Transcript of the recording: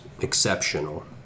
exceptional